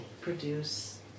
produce